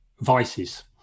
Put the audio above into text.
vices